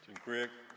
Dziękuję.